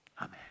Amen